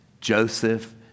Joseph